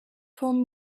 phone